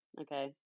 okay